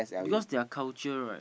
because their culture right